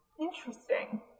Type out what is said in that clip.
Interesting